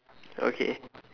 okay